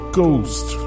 ghost